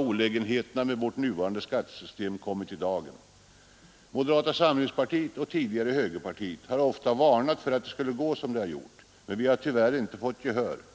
Olägenheterna med vårt nuvarande skattesystem har alltmer kommit i dagen. Moderata samlingspartiet — och tidigare högerpartiet — har ofta varnat för att det skulle gå som det gjort, men vi har tyvärr inte fått gehör för våra synpunkter.